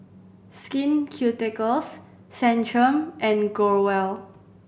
Skin Ceuticals Centrum and Growell